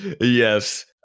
Yes